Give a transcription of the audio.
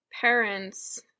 parents